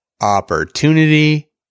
opportunity